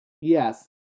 yes